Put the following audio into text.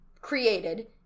created